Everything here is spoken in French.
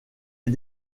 est